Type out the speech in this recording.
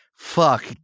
fuck